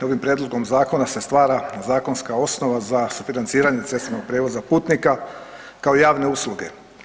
Ovim prijedlogom se stvara zakonska osnova za sufinanciranje cestovnog prijevoza putnika kao javne usluge.